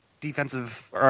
defensive